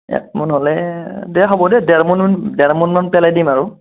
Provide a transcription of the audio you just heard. এক মোন হ'লে দে হ'ব দে দেৰমোন দেৰমোন মান পেলাই দিম আৰু